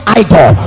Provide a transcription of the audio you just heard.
idol